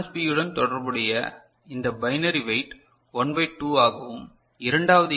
பியுடன் தொடர்புடைய இந்த binary weight 1 by 2 ஆகவும் இரண்டாவது எம்